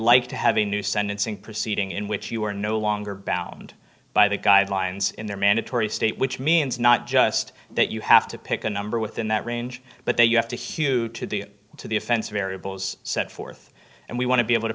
like to have a new sentencing proceeding in which you are no longer bound by the guidelines in their mandatory state which means not just that you have to pick a number within that range but that you have to hew to the to the offense variables set forth and we want to be able to